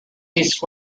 east